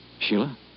Sheila